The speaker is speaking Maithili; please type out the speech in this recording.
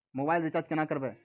मोबाइल रिचार्ज केना करबै?